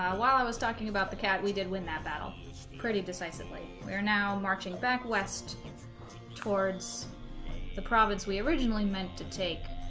while i was talking about the cat we did win that battle pretty decisively we're now marching back west towards the province we originally meant to take